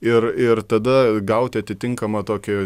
ir ir tada gauti atitinkamą tokį